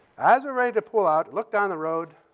as we're ready to pull out, looked on the road,